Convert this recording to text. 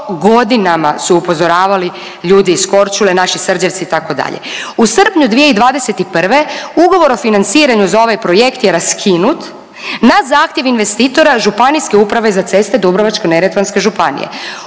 godinama su upozoravali ljudi iz Korčule, naši Srđevci itd. U srpnju 2021. ugovor o financiranju za ovaj projekt je raskinut na zahtjev investitora Županijske uprave za ceste Dubrovačko-neretvanske županije.